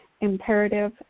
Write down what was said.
imperative